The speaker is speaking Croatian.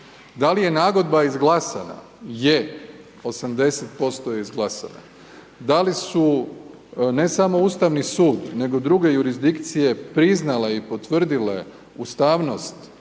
Da li je nagodba izglasana, je, 80% je izglasana, da li su ne samo Ustavni sud nego druge jurisdikcije priznale i potvrdile ustavnost